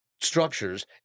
structures